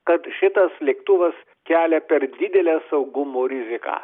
kad šitas lėktuvas kelia per didelę saugumo riziką